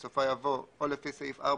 התש"ף-2020 בתוקף סמכותי לפי סעיף 170(ג)